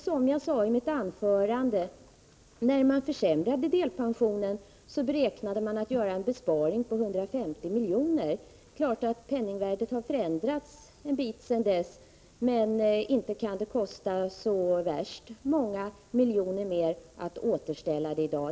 Som jag sade i mitt anförande beräknade man när man försämrade delpensionen att göra en besparing på 150 milj.kr. Det är klart att penningvärdet har förändrats sedan dess, men inte kan ett återställande kosta så värst många miljoner mer i dag.